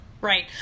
right